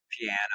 piano